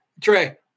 Trey